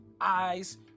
eyes